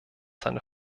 seine